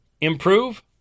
improve